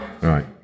Right